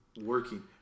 working